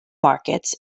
markets